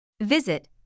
Visit